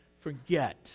forget